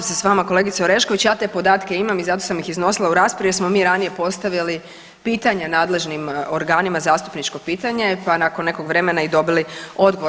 Slažem se s vama kolegice Orešković, ja te podatke imam i zato sam ih iznosila u raspravi jer smo mi ranije postavili pitanje nadležnim organima, zastupničko pitanje pa nakon nekog vremena i dobili odgovor.